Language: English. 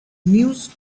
news